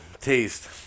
taste